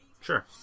Sure